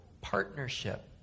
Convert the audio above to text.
partnership